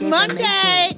Monday